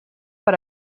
per